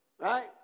Right